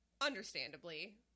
Understandably